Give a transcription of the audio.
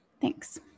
Thanks